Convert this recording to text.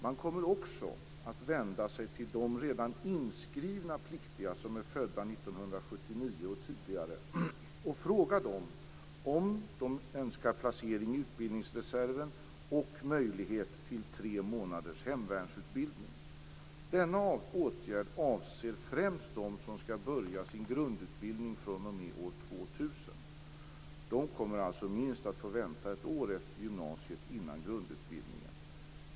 Man kommer också att vända sig till de redan inskrivna pliktiga som är födda 1979 och tidigare och fråga dem om de önskar placering i utbildningsreserven och möjlighet till tre månaders hemvärnsutbildning. Denna åtgärd avser främst dem som skall börja sin grundutbildning fr.o.m. år 2000. De kommer alltså att få vänta minst ett år efter gymnasiet före grundutbildningen.